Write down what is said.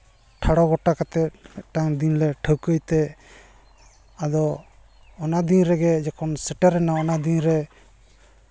ᱴᱷᱟᱲᱚ ᱜᱚᱴᱟ ᱠᱟᱛᱮᱫ ᱢᱤᱫᱴᱟᱱ ᱫᱤᱱᱞᱮ ᱴᱷᱟᱹᱣᱠᱟᱹᱭ ᱛᱮ ᱟᱫᱚ ᱚᱱᱟ ᱫᱤᱱ ᱨᱮᱜᱮ ᱡᱚᱠᱷᱚᱱ ᱥᱮᱴᱮᱨ ᱮᱱᱟ ᱚᱱᱟ ᱫᱤᱱᱨᱮ